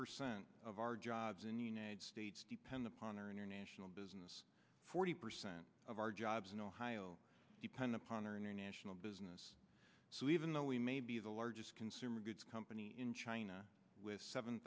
percent of our jobs in the united states depend upon our international business forty percent of our jobs in ohio depend upon our international business so even though we may be the largest consumer goods company in china with seven